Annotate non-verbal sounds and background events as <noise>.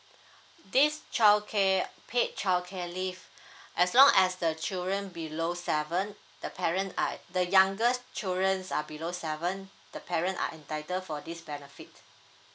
<breath> this childcare paid childcare leave <breath> as long as the children below seven the parent are the youngest childrens are below seven the parent are entitle for this benefit